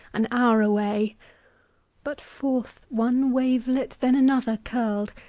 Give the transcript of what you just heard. an hour away but forth one wavelet, then another, curled,